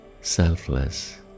selfless